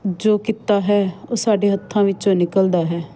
ਜੋ ਕਿੱਤਾ ਹੈ ਉਹ ਸਾਡੇ ਹੱਥਾਂ ਵਿੱਚੋਂ ਨਿਕਲਦਾ ਹੈ